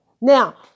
Now